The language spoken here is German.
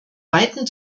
weiten